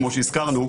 כמו שהזכרנו,